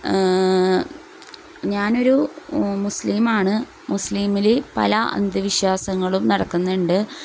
ഞാനൊരു മുസ്ലീമാണ് മുസ്ലീമിൽ പല അന്ധവിശ്വാസങ്ങളും നടക്കുന്നുണ്ട്